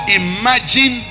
imagine